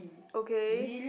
okay